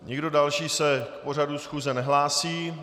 Nikdo další se k pořadu schůze nehlásí.